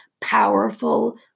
powerful